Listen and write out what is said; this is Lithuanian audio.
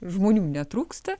žmonių netrūksta